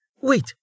Wait